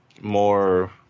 more